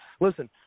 listen